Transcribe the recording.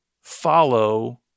follow